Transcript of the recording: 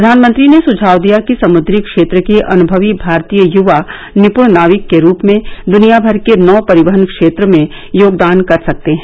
प्रधानमंत्री ने सुझाव दिया कि समुद्री क्षेत्र के अनुभवी भारतीय युवा निपुण नाविक के रूप में दुनियाभर के नौ परिवहन क्षेत्र में योगदान कर सकते हैं